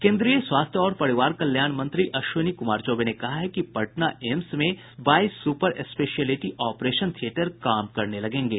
केन्द्रीय स्वास्थ्य और परिवार कल्याण मंत्री अश्विनी कुमार चौबे ने कहा है कि पटना एम्स में दशहरा के बाद बाईस सुपर स्पेशियलिटी ऑपरेशन थियेटर काम करने लगेंगे